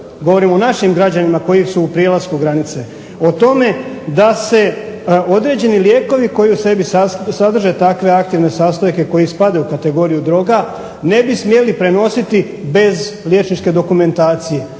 govorim o našim građanima koji su u prijelasku granice o tome da se određeni lijekovi koji u sebi sadrže takve aktivne sastojke koji spadaju u kategoriju droga ne bi smjeli prenositi bez liječničke dokumentacije.